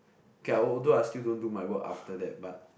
K although I still don't do my work after that but